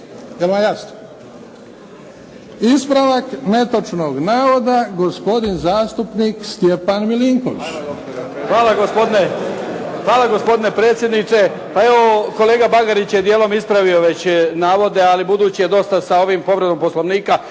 Jel vam jasno? Ispravak netočnog navoda, gospodin zastupnik Stjepan Milinković. **Milinković, Stjepan (HDZ)** Hvala gospodine predsjedniče. Pa evo kolega Bagarić je dijelom ispravio već navode, ali budući je dosta sa ovim povredom Poslovnika